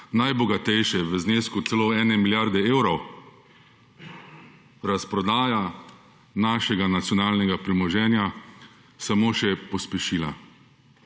najbogatejše v znesku celo ene milijarde evrov razprodaja našega nacionalnega premoženja samo še pospešila.